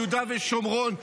ביהודה ושומרון,